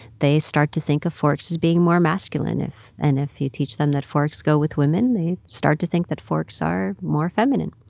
they start to think of forks as being more masculine. and if you teach them that forks go with women, they start to think that forks are more feminine.